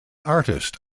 artist